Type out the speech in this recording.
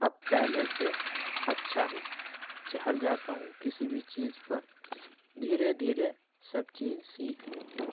اب پہلے سے اچھا ہوں چڑھ جاتا ہوں کسی بھی چیز پر دھیرے دھیرے سب چیز سیکھ لیتے ہیں